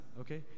Okay